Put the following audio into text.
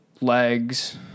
legs